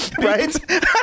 right